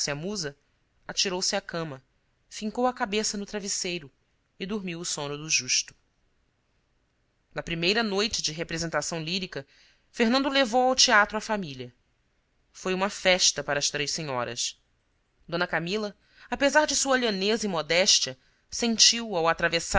musa atirou-se à cama fincou a cabeça no travesseiro e dormiu o sono do justo na primeira noite de representação lírica fernando levou ao teatro a família foi uma festa para as três senhoras d camila apesar de sua lhaneza e modéstia sentiu ao atravessar